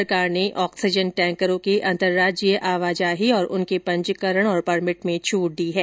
सरकार ने ऑक्सीजन टैंकरो के अंतरराज्यीय आवाजाही और उनके पंजीकरण और परमिट में छूट दी है